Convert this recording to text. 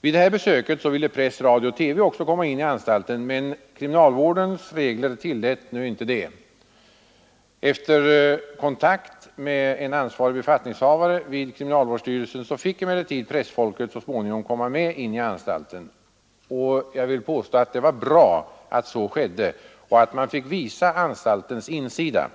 Vid detta besök ville också press, radio och TV komma in på anstalten, men kriminalvårdsstyrelsens regler tillät inte detta. Efter kontakt med en ansvarig befattningshavare vid kriminalvårdsstyrelsen, fick emellertid pressfolket så småningom komma med in på anstalten. Jag vill påstå att det var bra att så skedde och att man fick visa anstaltens insida.